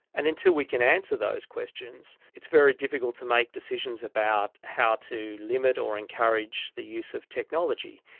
and until we can answer those questions it's very difficult to make decisions about how to limit or encourage the use of technology.